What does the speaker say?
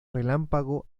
relámpago